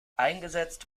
eingesetzt